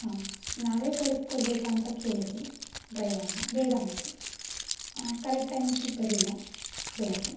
ಹಾಂ ನಾವೇ ಕಳಿಸ್ಕೊಡ್ಬೇಕಾ ಅಂತ ಕೇಳಿದ್ವಿ ಡ್ರೈವರನ್ನ ಬೇಡ ಅಂದರು ಕರೆಕ್ಟ್ ಟೈಮಿಂಗ್ಸಿಗೆ ಬರಲಿಲ್ಲ ಬೆಳಗ್ಗೆ